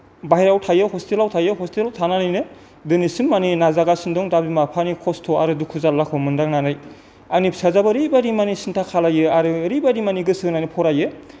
बायह्रायाव थायो हस्टेलाव थायो हस्टेलाव थानानैनो दिनैसिम माने नाजागासिनो दं दा बिमा बिफानि खस्त' आरो दुखु जाल्लाखौ मोन्दांनानै आंनि फिसायजोआबो ओरैबायदि माने सिन्था खालामो आरो ओरैबायदि माने गोसो होनानै फरायो